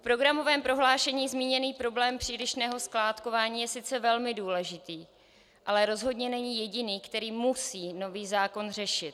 V programovém prohlášení zmíněný problém přílišného skládkování je sice velmi důležitý, ale rozhodně není jediný, který musí nový zákon řešit.